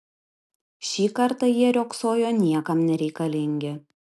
šį kartą jie riogsojo niekam nereikalingi